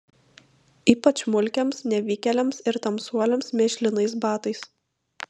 ypač mulkiams nevykėliams ir tamsuoliams mėšlinais batais